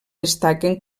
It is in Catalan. destaquen